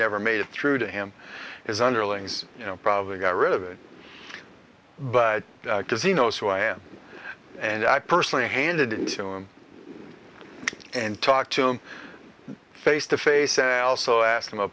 never made it through to him his underlings you know probably got rid of it but because he knows who i am and i personally handed in to him and talked to him face to face and i also asked them a